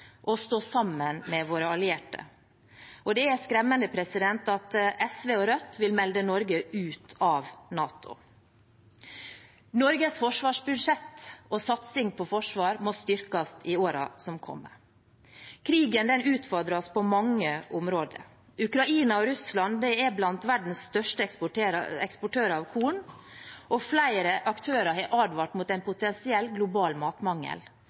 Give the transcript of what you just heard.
stå sammen med våre allierte. Og det er skremmende at SV og Rødt vil melde Norge ut av NATO. Norges forsvarsbudsjett og satsing på forsvar må styrkes i årene som kommer. Krigen utfordrer oss på mange områder. Ukraina og Russland er blant verdens største eksportører av korn, og flere aktører har advart mot en potensiell